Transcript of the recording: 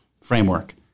framework